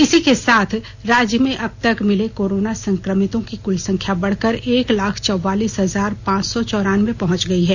इसी के साथ राज्य में अब तक मिले कोरोना संक्रमितों की कुल संख्या बढ़कर एक लाख चौवालीस हजार पांच सौ चौरानबे पहुंच गई है